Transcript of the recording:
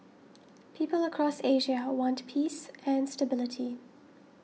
people across Asia want peace and stability